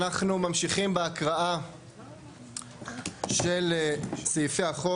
אנחנו ממשיכים בהקראה של סעיפי החוק,